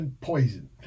Poison